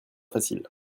facile